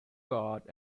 guard